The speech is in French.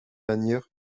manière